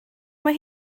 mae